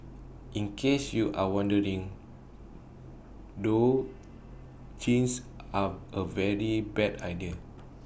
in case you are wondering though jeans are A very bad idea